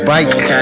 Bike